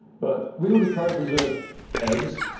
but we already cryo preserved eggs,